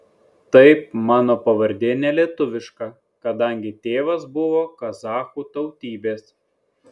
taip mano pavardė ne lietuviška kadangi tėvas buvo kazachų tautybės